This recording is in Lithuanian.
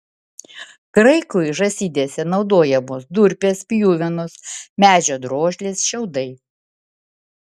kraikui žąsidėse naudojamos durpės pjuvenos medžio drožlės šiaudai